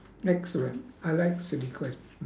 excellent I like silly questions